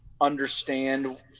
understand